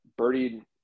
birdied